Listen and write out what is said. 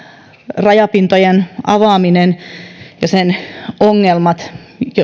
rajapintojen avaaminen ja sen ongelmat